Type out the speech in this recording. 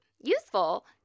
useful